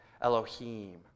Elohim